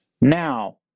Now